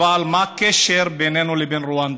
אבל מה הקשר בינינו לבין רואנדה?